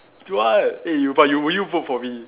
Tu Huat eh you but would you vote for me